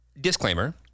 disclaimer